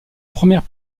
première